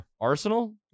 Arsenal